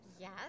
Yes